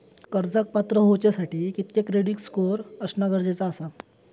कर्जाक पात्र होवच्यासाठी कितक्या क्रेडिट स्कोअर असणा गरजेचा आसा?